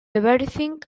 everything